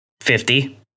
fifty